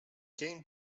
came